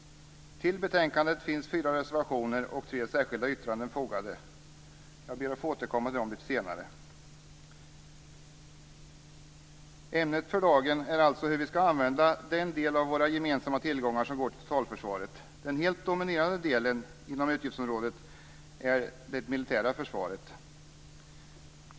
I betänkandet finns fyra reservationer och tre särskilda yttranden. Jag ber att få återkomma till dem lite senare. Ämnet för dagen är alltså hur vi ska använda den del av våra gemensamma tillgångar som går till totalförsvaret. Den helt dominerande delen inom utgiftsområdet är det militära försvaret.